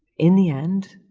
in the end,